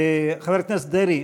חבר הכנסת דרעי,